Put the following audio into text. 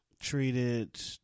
treated